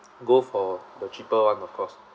go for the cheaper one of course